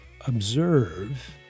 observe